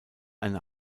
eine